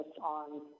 on